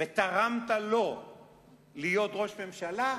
ותרמת לכך שיהיה ראש ממשלה,